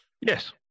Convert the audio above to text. Yes